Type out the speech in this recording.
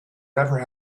never